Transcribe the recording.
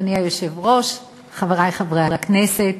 אדוני היושב-ראש, חברי חברי הכנסת,